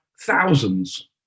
thousands